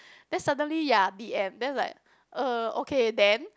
then suddenly ya the end then is like uh okay then